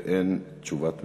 ואין תשובת ממשלה,